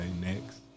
next